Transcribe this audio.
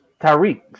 Tyreek